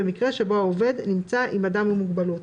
במקרה שבו העובד נמצא עם אדם עם מוגבלות."